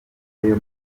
nayo